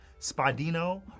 Spadino